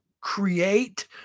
create